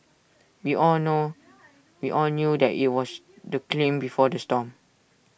we all know we all knew that IT was the claim before the storm